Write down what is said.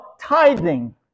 tithing